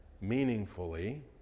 meaningfully